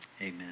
Amen